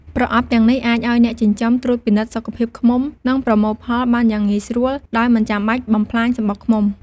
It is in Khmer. ប្រអប់ទាំងនេះអាចឲ្យអ្នកចិញ្ចឹមត្រួតពិនិត្យសុខភាពឃ្មុំ និងប្រមូលផលបានយ៉ាងងាយស្រួលដោយមិនចាំបាច់បំផ្លាញសំបុកឃ្មុំ។